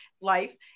life